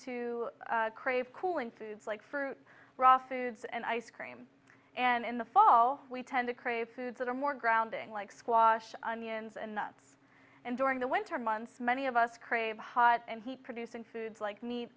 to crave cooling foods like fruit raw foods and ice cream and in the fall we tend to crave foods that are more grounding like squash onions and nuts and during the winter months many of us crave hot and heat producing foods like meat